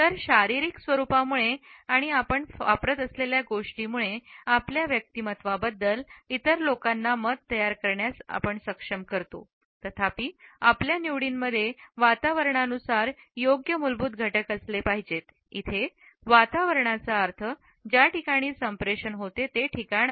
तर शारीरिक स्वरूपामुळे आणि आपण वापरत असलेल्या गोष्टींमुळे आपल्या व्यक्तिमत्त्वाबद्दल इतर लोकांना मत तयार करण्यास सक्षम करते तथापि आपल्या निवडींमध्ये वातावरणानुसार योग्य मूलभूत घटक असले पाहिजेत इथे वातावरणाचा अर्थ ज्या ठिकाणी संप्रेषण होते ते ठिकाण